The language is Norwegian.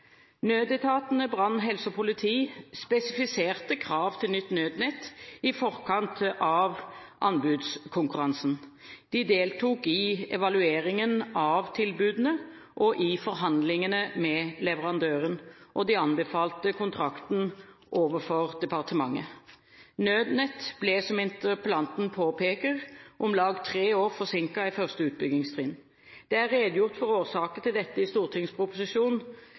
Nødetatene brann, helse og politi spesifiserte krav til nytt nødnett i forkant av anbudskonkurransen. De deltok i evalueringen av tilbudene og i forhandlingene med leverandøren, og de anbefalte kontrakten overfor departementet. Nødnett ble, som interpellanten påpeker, om lag tre år forsinket i første utbyggingstrinn. Det er redegjort for årsaker til dette i